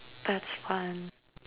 that's fun